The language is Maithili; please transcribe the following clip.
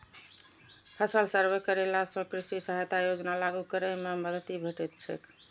फसल सर्वे करेला सं कृषि सहायता योजना लागू करै मे मदति भेटैत छैक